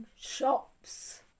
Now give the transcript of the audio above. shops